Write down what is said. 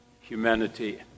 humanity